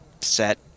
set